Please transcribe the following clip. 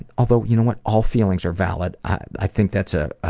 and although you know what, all feelings are valid. i think that's a